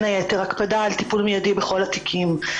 הקפדה על טיפול מיידי בכל התיקים,